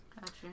Gotcha